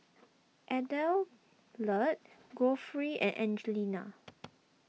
Adelard Godfrey and Angelina